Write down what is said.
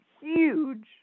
huge